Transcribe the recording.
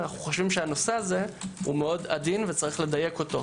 אנו חושבים שהנושא עדיין מאוד ויש לדייקו.